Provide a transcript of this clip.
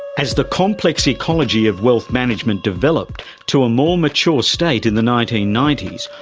as the complex ecology of wealth management developed to a more mature state in the nineteen ninety s,